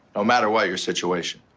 no matter what your situation.